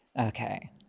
Okay